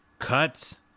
cuts